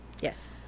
yes